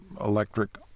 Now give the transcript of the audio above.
electric